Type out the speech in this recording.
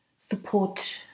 support